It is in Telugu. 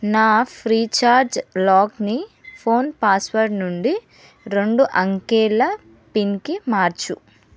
నా ఫ్రీచార్జ్ లాక్ని ఫోన్ పాస్వర్డ్ నుండి రెండు అంకెల పిన్కి మార్చు